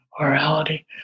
orality